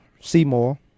Seymour